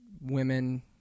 women